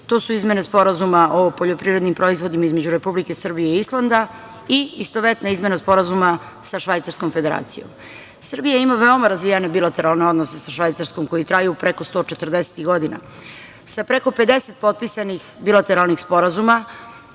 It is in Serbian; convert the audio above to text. To su izmene Sporazuma o poljoprivrednim proizvodima između Republike Srbije i Islanda, i istovetna izmena Sporazuma sa Švajcarskom Federacijom. Srbija ima veoma razvijene bilateralne odnose sa Švajcarskom, koji traju preko 140 godina, sa preko 50 potpisanih bilateralnih sporazuma,